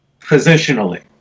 Positionally